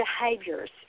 behaviors